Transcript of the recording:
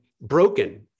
broken